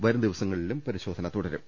വരുംദിവസങ്ങ ളിലും പരിശോധന തുടരും